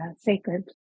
sacred